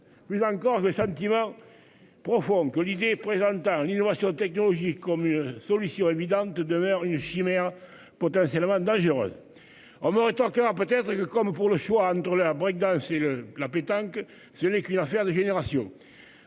Plus encore, je vais sentiment. Profond que l'idée présentant l'innovation technologique comme une solution évidente demeure une chimère potentiellement dangereuses. On me rétorquera peut-être que comme pour le choix entre la break Dance et le la pétanque. Ce n'est qu'une affaire de génération